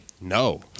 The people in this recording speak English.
No